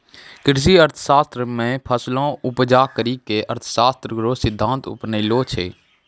कृषि अर्थशास्त्र मे फसलो उपजा करी के अर्थशास्त्र रो सिद्धान्त अपनैलो छै